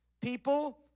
People